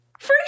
Free